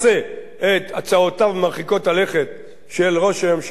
הצעותיו מרחיקות הלכת של ראש הממשלה אולמרט.